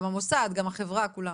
גם המוסד החינוכי האקדמי, גם החברה, כולם.